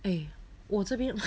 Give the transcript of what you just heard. eh 我这边